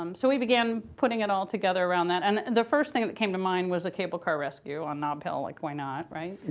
um so we begin putting it all together around that. and the first thing that came to mind was a cable car rescue on nob hill. like, why not, right?